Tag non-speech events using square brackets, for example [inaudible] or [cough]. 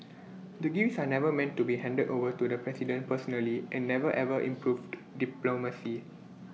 [noise] the gifts are never meant to be handed over to the president personally and never ever [noise] improved diplomacy